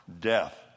death